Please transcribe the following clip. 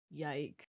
Yikes